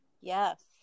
Yes